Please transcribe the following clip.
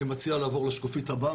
אני מציע שנעבור לשקופית הבאה.